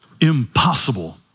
impossible